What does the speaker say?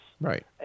Right